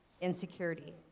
insecurity